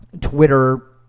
Twitter